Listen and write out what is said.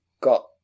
got